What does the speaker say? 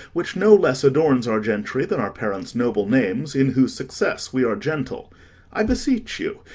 which no less adorns our gentry than our parents' noble names, in whose success we are gentle i beseech you,